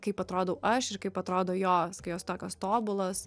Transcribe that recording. kaip atrodau aš ir kaip atrodo jos kai jos tokios tobulos